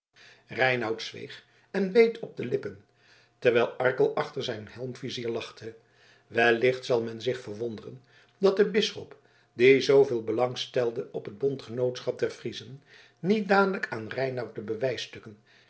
reinout zweeg en beet op de lippen terwijl arkel achter zijn helmvizier lachte wellicht zal men zich verwonderen dat de bisschop die zooveel belang stelde op het bondgenootschap der friezen niet dadelijk aan reinout de bewijsstukken